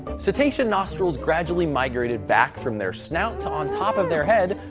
cetacean nostrils gradually migrated back from their snout to on top of their head,